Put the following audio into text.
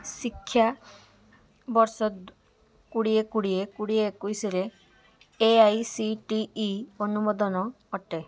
ଶିକ୍ଷାବର୍ଷ କୋଡ଼ିଏ କୋଡ଼ିଏ କୋଡ଼ିଏ ଏକୋଇଶିରେ A I C T E ଅନୁମୋଦନ ଅଟେ